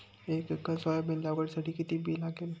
एक acre soybean लागवडीसाठी किती बी लागेल?